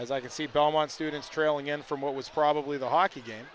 as i can see belmont students trailing in from what was probably the hockey game